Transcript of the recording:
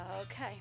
Okay